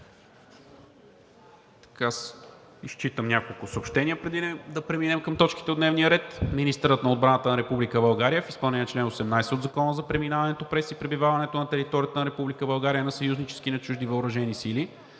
3. Изчитам няколко съобщения, преди да преминем към точките от дневния ред. Министърът на отбраната на Република България в изпълнение на чл. 18 от Закона за преминаването през и пребиваването на територията на Република България на съюзнически и на чужди въоръжени сили